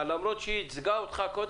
למרות שקודם ייצגו אותך,